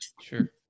Sure